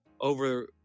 over